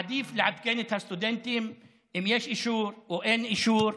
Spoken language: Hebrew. עדיף לעדכן את הסטודנטים אם יש אישור או אין אישור.